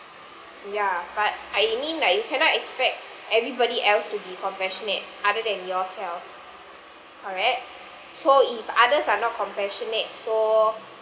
ya but I mean like you cannot expect everybody else to be compassionate other than yourself correct so if others are not compassionate so